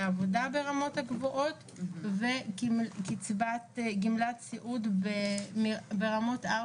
עבודה ברמות הגבוהות וגמלת סיעוד ברמות 4,